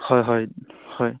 হয় হয় হয়